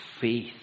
faith